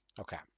Okay